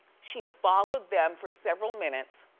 she followed them for several minutes,